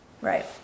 Right